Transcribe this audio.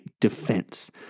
defense